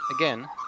Again